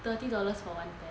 thirty dollars for one pair